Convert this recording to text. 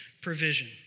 provision